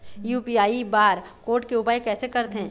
UPI bar code के उपयोग कैसे करथें?